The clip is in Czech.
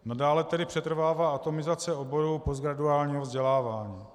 Nadále tedy přetrvává atomizace oboru postgraduálního vzdělávání.